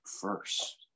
first